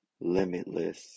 limitless